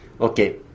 Okay